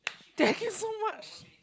thank you so much